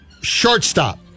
Shortstop